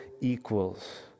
equals